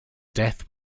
death